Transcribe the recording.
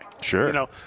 Sure